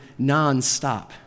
nonstop